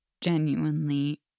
genuinely